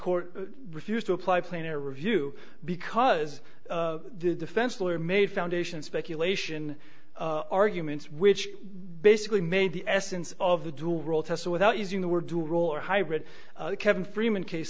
court refused to apply plane or review because the defense lawyer made foundation speculation arguments which basically made the essence of the dual role test without using the word to roll or hybrid kevin freeman case